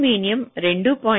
aluminium 2